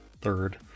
third